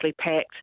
packed